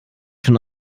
schon